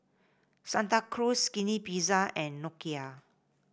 Santa Cruz Skinny Pizza and Nokia